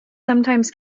sometimes